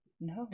no